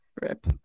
Rip